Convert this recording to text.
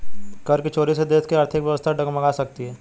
कर की चोरी से देश की आर्थिक व्यवस्था डगमगा सकती है